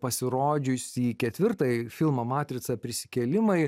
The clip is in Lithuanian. pasirodžiusį ketvirtąjį filmą matrica prisikėlimai